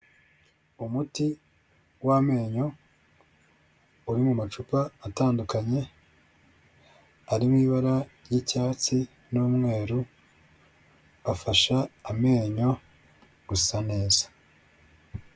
Umuti w'amenyo uri mu macupa atandukanye, ari mu ibara ryicyatsi n'umweru, afasha amenyo gusa neza.